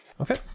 Okay